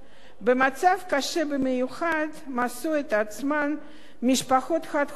במצב קשה במיוחד מצאו את עצמן משפחות חד-הוריות עולות,